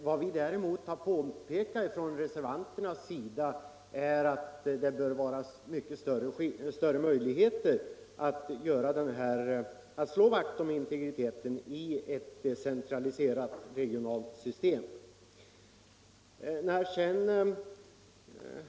Vad vi reservanter har påpekat är att möjligheten att slå vakt om integriteten bör vara större i ett decentraliserat regionalt system.